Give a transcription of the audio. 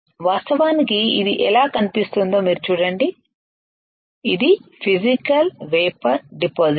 వాస్తవానికి ఇది ఎలా కనిపిస్తుందో మీరు చూడండి ఇది మీ ఫిసికల్ వేపర్ డిపాసిషన్